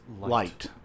Light